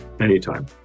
Anytime